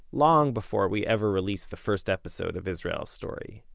long before we ever released the first episode of israel story.